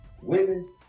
Women